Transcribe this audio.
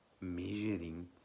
measuring